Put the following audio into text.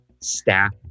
staff